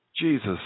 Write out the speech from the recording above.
Jesus